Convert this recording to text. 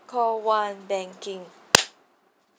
call one banking